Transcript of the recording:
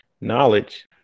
knowledge